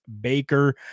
Baker